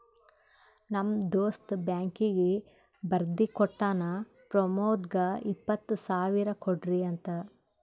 ನಮ್ ದೋಸ್ತ ಬ್ಯಾಂಕೀಗಿ ಬರ್ದಿ ಕೋಟ್ಟಾನ್ ಪ್ರಮೋದ್ಗ ಇಪ್ಪತ್ ಸಾವಿರ ಕೊಡ್ರಿ ಅಂತ್